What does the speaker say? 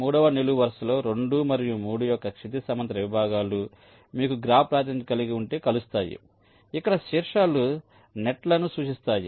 మూడవ నిలువు వరుసలో 2 మరియు 3 యొక్క క్షితిజ సమాంతర విభాగాలు మీకు గ్రాఫ్ ప్రాతినిధ్యం కలిగి ఉంటే కలుస్తాయి ఇక్కడ శీర్షాలు నెట్ లను సూచిస్తాయి